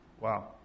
Wow